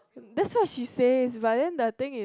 that's what she says but then the thing is